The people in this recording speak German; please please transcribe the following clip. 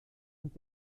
und